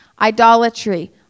Idolatry